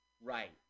right